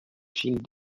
file